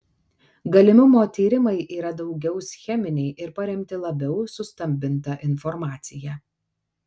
galimumo tyrimai yra daugiau scheminiai ir paremti labiau sustambinta informacija